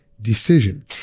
decision